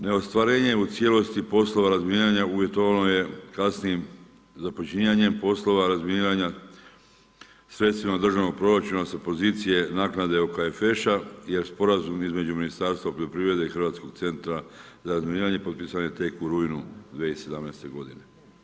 Neostvarenje u cijelosti poslova razminiranja uvjetovano je kasnijim započinjanjem poslova razminiranja sredstvima državnog proračuna sa pozicije naknade OKFŠ-a jer sporazum između Ministarstva poljoprivrede i Hrvatskog centra za razminiranje potpisan je tek u rujnu 2017. godine.